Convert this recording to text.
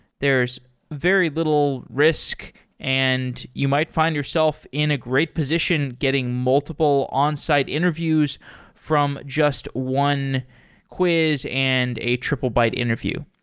there's very little risk and you might find yourself in a great position getting multiple onsite interviews from just one quiz and a triplebyte interview.